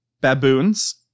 baboons